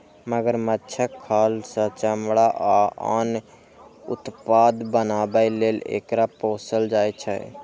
मगरमच्छक खाल सं चमड़ा आ आन उत्पाद बनाबै लेल एकरा पोसल जाइ छै